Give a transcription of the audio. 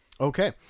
Okay